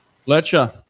Fletcher